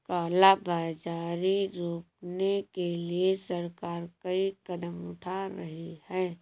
काला बाजारी रोकने के लिए सरकार कई कदम उठा रही है